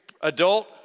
adult